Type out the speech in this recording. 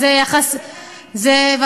אז זה, לא הגיוני.